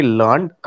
learned